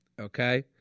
Okay